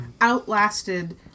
outlasted